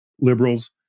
liberals